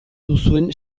duzuen